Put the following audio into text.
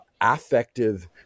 affective